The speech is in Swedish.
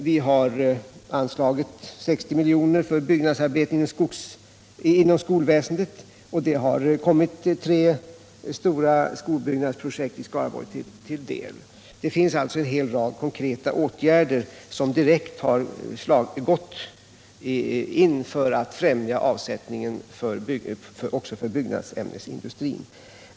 Vi har anslagit 60 milj.kr. för byggnadsarbeten inom skolväsendet, och det har kommit tre stora skolprojekt i Skaraborgs län till del. Det finns alltså en hel rad konkreta åtgärder som har varit direkt inriktade på att främja avsättningen även inom byggnadsämnesindustrin.